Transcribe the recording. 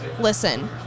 listen